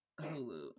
Hulu